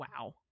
wow